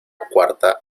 cuarta